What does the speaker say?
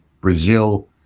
Brazil